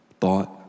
thought